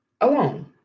alone